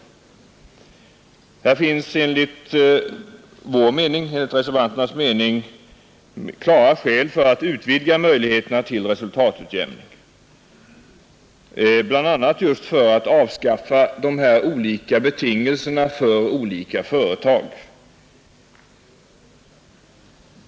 Enligt reservanternas mening finns här klara skäl att utvidga möjligheterna till resultatutjämning, bl.a. för att avskaffa de olika betingelser som finns för olika företag.